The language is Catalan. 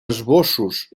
esbossos